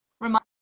Remind